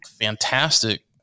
fantastic